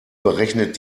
berechnet